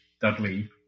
Dudley